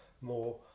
more